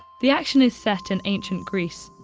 the action is set in ancient greece,